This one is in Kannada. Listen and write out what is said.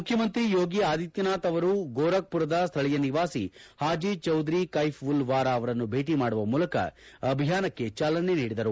ಮುಖ್ಯಮಂತ್ರಿ ಯೋಗಿ ಆದಿತ್ತನಾಥ್ ಅವರು ಗೋರಖ್ಯರದ ಸ್ಲಳೀಯ ನಿವಾಸಿ ಹಾಜಿ ಚೌಧರಿ ಕೈಫ್ ಉಲ್ ವಾರಾ ಅವರನ್ನು ಭೇಟಿ ಮಾಡುವ ಮೂಲಕ ಅಭಿಯಾನಕ್ಕೆ ಚಾಲನೆ ನೀಡಿದರು